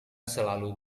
selalu